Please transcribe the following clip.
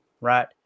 Right